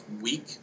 week